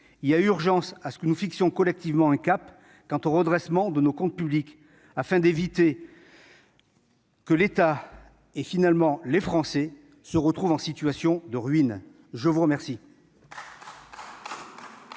Il y a urgence à ce que nous fixions collectivement un cap de redressement de nos comptes publics afin d'éviter que l'État et, finalement, les Français ne se retrouvent en situation de ruine. La parole